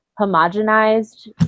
homogenized